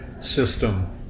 system